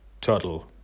Turtle